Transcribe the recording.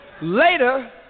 Later